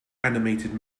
animated